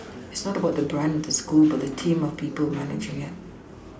it's not about the brand of the school but the team of people managing it